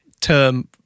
term